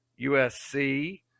USC